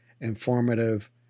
informative